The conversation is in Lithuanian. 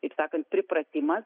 taip sakant pripratimas